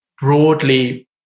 broadly